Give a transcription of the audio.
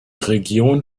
region